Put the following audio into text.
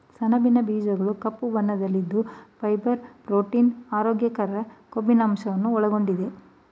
ಸಣಬಿನ ಬೀಜಗಳು ಕಪ್ಪು ಬಣ್ಣದಲ್ಲಿದ್ದು ಫೈಬರ್, ಪ್ರೋಟೀನ್, ಆರೋಗ್ಯಕರ ಕೊಬ್ಬಿನಂಶವನ್ನು ಒಳಗೊಂಡಿದೆ